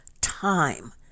time